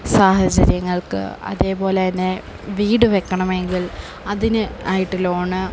സാഹചര്യങ്ങള്ക്ക് അതേപോലെത്തന്നെ വീട് വെക്കണമെങ്കില് അതിന് ആയിട്ട് ലോണ്